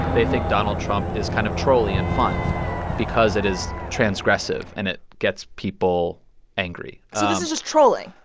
they think donald trump is kind of trolly and fun because it is transgressive. and it gets people angry so this is just trolling.